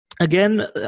Again